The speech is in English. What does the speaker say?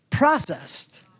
processed